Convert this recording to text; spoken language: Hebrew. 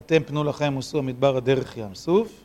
אתם פנו לכם וסעו המדברה דרך ים סוף